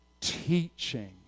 teaching